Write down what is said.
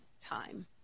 time